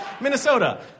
Minnesota